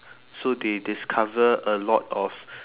so they discover a lot of